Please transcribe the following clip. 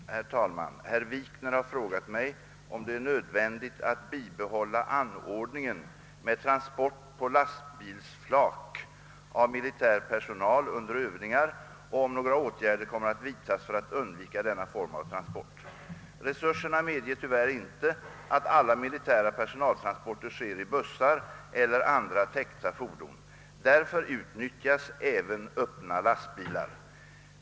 Herr talman! Herr Wikner har frågat mig om det är nödvändigt att bibehålla anordningen med transport på lastbilsflak av militär personal under övningar och om några åtgärder kommer att vidtas för att undvika denna form av transport. Resurserna medger tyvärr inte att alla militära personaltransporter sker i bussar eller andra täckta fordon. Därför utnyttjas även öppna lastbilar.